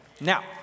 Now